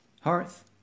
hearth